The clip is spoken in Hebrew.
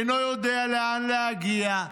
אינו יודע לאן להגיע: